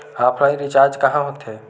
Offline recharge कहां होथे?